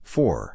Four